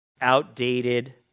outdated